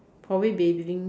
probably bathing